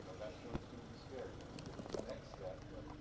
you know that's when it's going to be scary. when we get to the next step. sure.